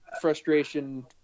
frustration